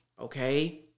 Okay